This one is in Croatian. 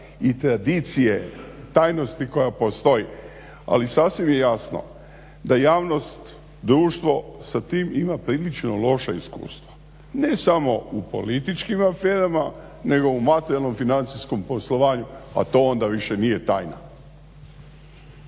i tradicije tajnosti koja postoji, ali sasvim je jasno da javnost, društvo sa tim ima prilično loša iskustva, ne samo u političkim aferama nego u materijalnom financijskom poslovanju, a to onda više nije tajna.